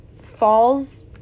falls